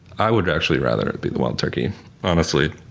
i would actually rather it be the wild turkey honestly,